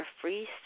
free